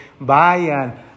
vayan